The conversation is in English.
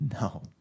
no